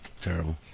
Terrible